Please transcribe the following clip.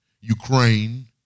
Ukraine